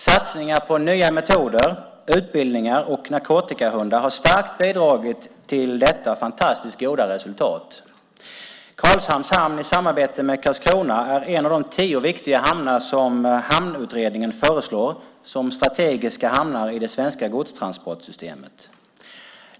Satsningar på nya metoder, utbildningar och narkotikahundar har starkt bidragit till detta fantastiskt goda resultat. Karlshamns hamn i samarbete med Karlskrona är en av de tio viktiga hamnar som Hamnutredningen föreslår som strategiska hamnar i det svenska godstransportsystemet.